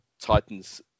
Titans